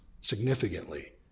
significantly